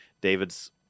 David's